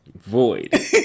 void